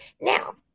now